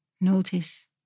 Notice